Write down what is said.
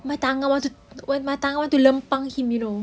kau tahu I want to nanti I want to lempang him you know